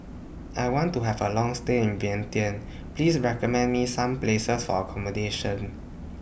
I want to Have A Long stay in Vientiane Please recommend Me Some Places For accommodation